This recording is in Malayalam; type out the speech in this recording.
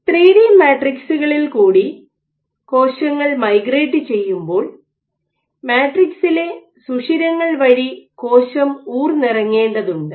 3 ഡി മാട്രിക്സുകളിൽ കൂടി കോശങ്ങൾ മൈഗ്രേറ്റ് ചെയ്യുമ്പോൾ മാട്രിക്സിലെ സുഷിരങ്ങൾ വഴി കോശം ഊർന്ന് ഇറങ്ങേണ്ടതുണ്ട്